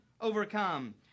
Overcome